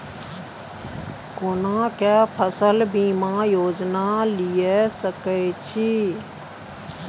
केना के फसल बीमा योजना लीए सके छी?